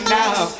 now